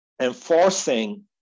enforcing